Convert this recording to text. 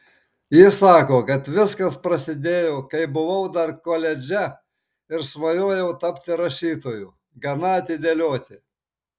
ji sako kad viskas prasidėjo kai buvau dar koledže ir svajojau tapti rašytoju gana atidėlioti